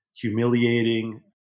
humiliating